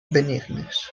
benignes